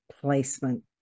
placement